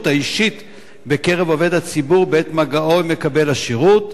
האישית בעובד הציבור בעת מגעו עם מקבל השירות.